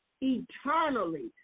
eternally